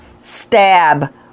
stab